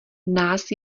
nás